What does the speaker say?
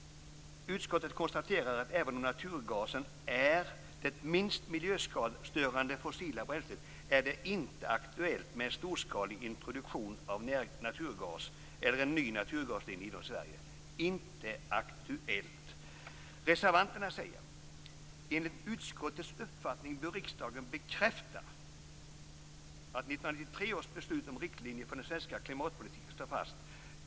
Utskottet konstaterar att även om naturgasen är det minst miljöstörande fossila bränslet är det inte aktuellt med en storskalig introduktion av naturgas eller en ny naturgasledning inom Sverige. Det sägs alltså att det inte är aktuellt. Enligt utskottets uppfattning bör riksdagen bekräfta att 1993 års beslut om riktlinjer för den svenska klimatpolitiken står fast.